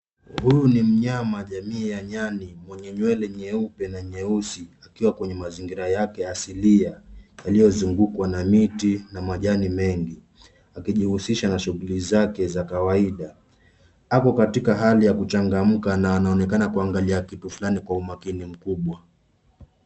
Huyu ni mnyama jamii ya nyani mwenye nywele nyeupe na nyeusi akiwa kwenye mazingira yake asili uliozungukwa na miti na majani mengi akijihusihsa na shuguli zake za kawaida. Ako katika hali ya kuchangamka na anaonekana kuangalia kitu fulani kwa umakini mkubwa.